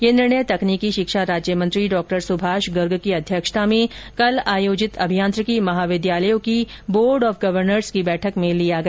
यह निर्णय तकनीकी शिक्षा राज्यमंत्री डॉ सुभाष गर्ग की अध्यक्षता में कल आयोजित अभियांत्रिकी महाविद्यालयों की बोर्ड ऑफ गवनर्स की बैठक में लिया गया